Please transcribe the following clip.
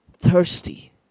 thirsty